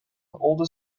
older